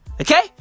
Okay